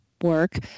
work